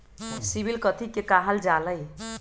CIBIL कथि के काहल जा लई?